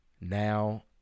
now